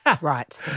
Right